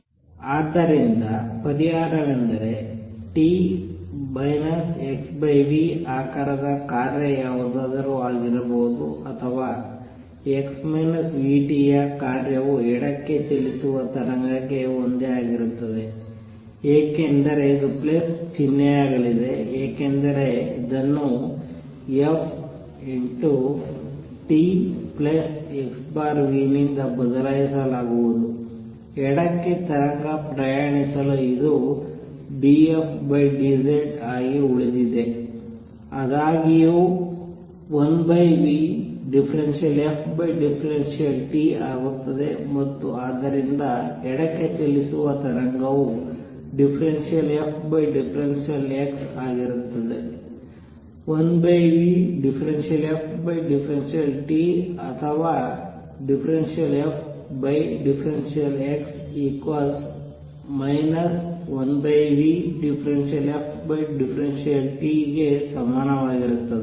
ಆದ್ದರಿಂದ ಪರಿಹಾರವೆಂದರೆ t - xv ಆಕಾರದ ಕಾರ್ಯ ಯಾವುದಾದರೂ ಆಗಿರಬಹುದು ಅಥವಾ x v t ಯ ಕಾರ್ಯವು ಎಡಕ್ಕೆ ಚಲಿಸುವ ತರಂಗಕ್ಕೆ ಒಂದೇ ಆಗಿರುತ್ತದೆ ಏಕೆಂದರೆ ಇದು ಪ್ಲಸ್ ಚಿಹ್ನೆಯಾಗಲಿದೆ ಏಕೆಂದರೆ ಇದನ್ನು ft xv ನಿಂದ ಬದಲಾಯಿಸಲಾಗುವುದು ಎಡಕ್ಕೆ ತರಂಗ ಪ್ರಯಾಣಿಸಲು ಇದು d f d z ಆಗಿ ಉಳಿದಿದೆ ಆದಾಗ್ಯೂ 1v∂f∂t ಆಗುತ್ತದೆ ಮತ್ತು ಆದ್ದರಿಂದ ಎಡಕ್ಕೆ ಚಲಿಸುವ ತರಂಗವು ∂fx ಆಗಿರುತ್ತದೆ 1v∂f∂t ಅಥವಾ ∂f∂x 1v∂f∂t ಗೆ ಸಮಾನವಾಗಿರುತ್ತದೆ